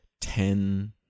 ten